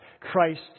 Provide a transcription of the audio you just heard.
Christ